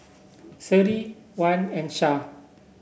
Seri Wan and Syah